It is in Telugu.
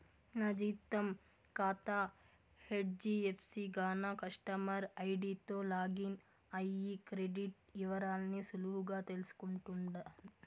నా జీతం కాతా హెజ్డీఎఫ్సీ గాన కస్టమర్ ఐడీతో లాగిన్ అయ్యి క్రెడిట్ ఇవరాల్ని సులువుగా తెల్సుకుంటుండా